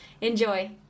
Enjoy